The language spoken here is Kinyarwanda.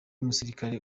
umusirikare